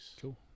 Cool